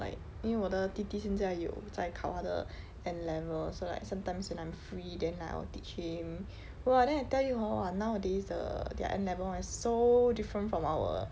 like 因为我的弟弟现在有在考他的 N level so like sometimes when I'm free then like I will teach him !wah! then I tell you hor !wah! nowadays the their N level hor is like so different from our